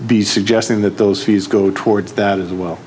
these suggesting that those fees go towards that as well